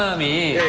me